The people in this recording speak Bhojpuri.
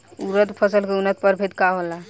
उरद फसल के उन्नत प्रभेद का होला?